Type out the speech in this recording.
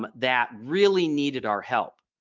um that really needed our help.